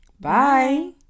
Bye